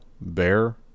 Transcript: bear